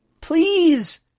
Please